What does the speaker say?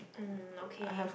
um okay